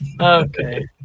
okay